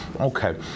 Okay